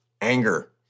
anger